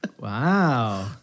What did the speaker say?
Wow